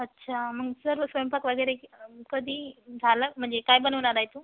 अच्छा मग सर्व स्वयंपाक वगैरे कधी झालाच म्हणजे काय बनवणार आहे तू